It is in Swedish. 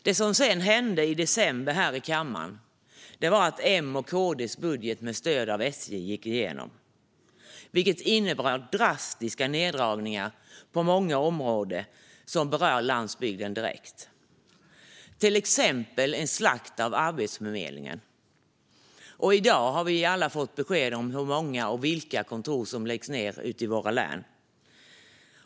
Det som sedan hände i december här i kammaren var att Moderaternas och Kristdemokraternas budget med stöd av Sverigedemokraterna gick igenom, vilket innebär drastiska neddragningar på många områden som direkt berör landsbygden. Det innebär till exempel en slakt av Arbetsförmedlingen. I dag har vi alla fått besked om hur många och vilka kontor som läggs ned ute i våra län.